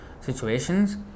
situations